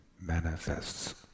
manifests